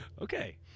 Okay